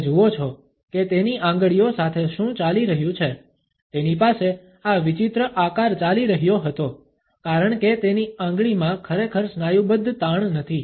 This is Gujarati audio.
તમે જુઓ છો કે તેની આંગળીઓ સાથે શું ચાલી રહ્યું છે તેની પાસે આ વિચિત્ર આકાર ચાલી રહ્યો હતો કારણ કે તેની આંગળીમાં ખરેખર સ્નાયુબદ્ધ તાણ નથી